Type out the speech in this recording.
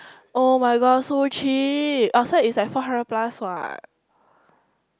[oh]-my-god so cheap outside is like four hundred plus [what]